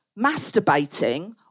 masturbating